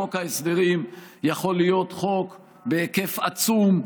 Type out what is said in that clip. שלפיו חוק ההסדרים יכול להיות חוק בהיקף עצום,